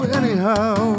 anyhow